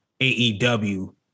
AEW